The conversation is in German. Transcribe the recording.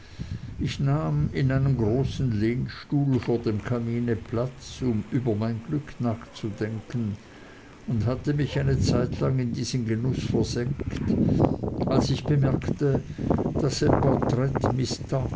ich nahm in einem großen lehnstuhl vor dem kamine platz um über mein glück nachzudenken und hatte mich eine zeitlang in diesen genuß versenkt als ich bemerkte daß ein porträt